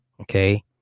Okay